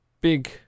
big